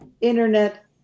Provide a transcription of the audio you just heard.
Internet